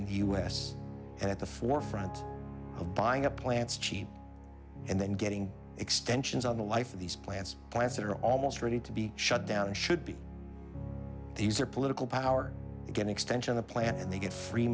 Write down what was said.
in the us at the forefront of buying up plants cheap and then getting extensions on the life of these plants plants that are almost ready to be shut down and should be these are political power again extension a plan and they get free